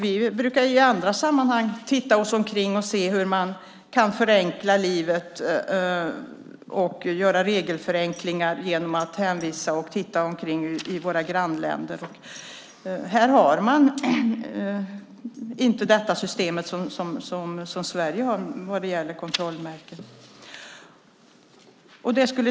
Vi brukar ju i andra sammanhang titta oss omkring i våra grannländer och hänvisa till dem när det gäller att se hur man kan förenkla livet och göra regelförenklingar. De har inte det system som Sverige har för kontrollmärken.